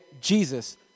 Jesus